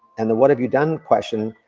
and the what have you done question,